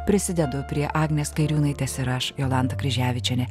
prisidedu prie agnės kairiūnaitės ir aš jolanta kryževičienė